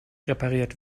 repariert